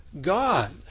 God